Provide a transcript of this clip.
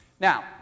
Now